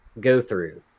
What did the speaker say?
go-through